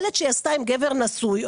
ילד שהיא עשתה עם גבר נשוי.